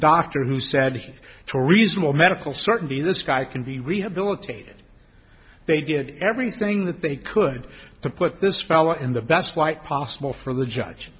doctor who said to a reasonable medical certainty this guy can be rehabilitated they did everything that they could to put this fellow in the best light possible for the judge